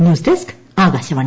news desk Akashvani